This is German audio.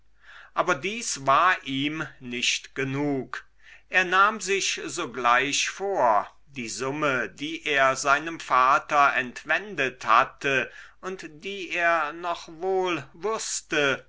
aber dies war ihm nicht genug er nahm sich sogleich vor die summe die er seinem vater entwendet hatte und die er noch wohl wußte